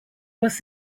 was